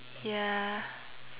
ya